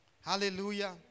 Hallelujah